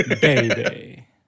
Baby